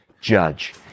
judge